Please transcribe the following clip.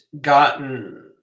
gotten